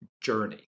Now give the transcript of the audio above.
journey